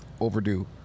overdue